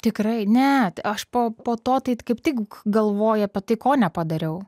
tikrai ne aš po po to tai kaip tik galvoji apie tai ko nepadariau